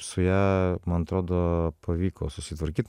su ja man atrodo pavyko susitvarkyt